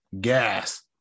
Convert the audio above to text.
Gas